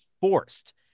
forced